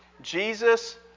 Jesus